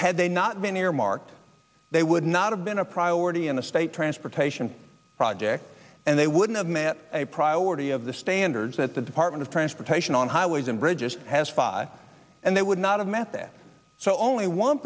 earmarked they would not have been a priority in the state transportation projects and they wouldn't have met a priority of the standards that the department of transportation on highways and bridges has five and they would not have met that so only one